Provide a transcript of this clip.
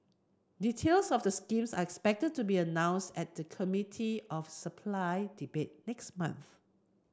details of the scheme are expected to be announced at the Committee of Supply debate next month